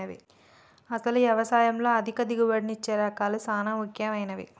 అసలు యవసాయంలో అధిక దిగుబడినిచ్చే రకాలు సాన ముఖ్యమైనవి